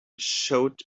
showed